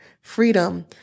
Freedom